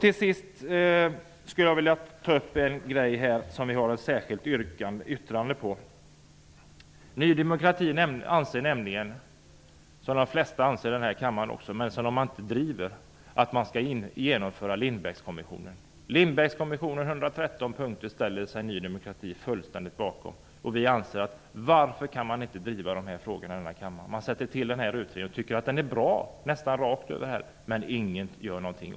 Till sist skulle jag vilja ta upp vårt särskilda yttrande. Ny demokrati anser nämligen att Lindbeckkommissionens förslag till åtgärder skall genomföras. Det anser de flesta i denna kammare, men ingen driver frågan. Ny demokrati ställer sig bakom Lindbeckkommissionens 113 punkter. Vi undrar varför man inte kan driva dessa frågor i denna kammare. Man sätter till denna utredning, och nästan alla tycker att den är bra, men ingen gör någonting.